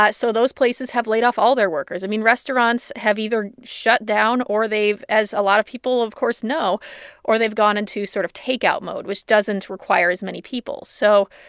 so those places have laid off all their workers. i mean, restaurants have either shut down or they've as a lot of people, of course, know or they've gone into sort of takeout mode, which doesn't require as many people. so